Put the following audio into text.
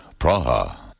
Praha